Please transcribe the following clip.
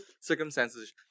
circumstances